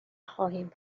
خواهیم